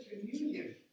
communion